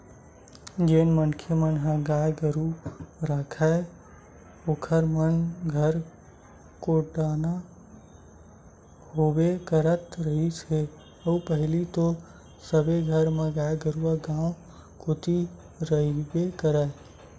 जेन मनखे मन ह गाय गरु राखय ओखर मन घर कोटना होबे करत रिहिस हे अउ पहिली तो सबे घर म गाय गरु गाँव कोती रहिबे करय